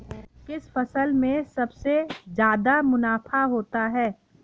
किस फसल में सबसे जादा मुनाफा होता है?